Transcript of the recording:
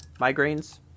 migraines